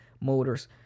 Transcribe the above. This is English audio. Motors